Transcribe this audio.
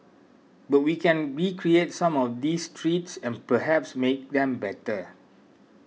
but we can recreate some of these treats and perhaps make them better